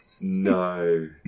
No